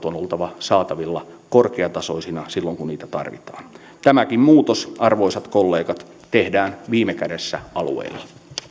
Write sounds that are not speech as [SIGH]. [UNINTELLIGIBLE] on oltava saatavilla korkeatasoisina silloin kun niitä tarvitaan tämäkin muutos arvoisat kollegat tehdään viime kädessä alueilla